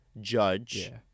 Judge